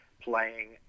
playing